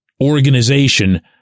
organization